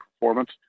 performance